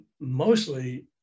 mostly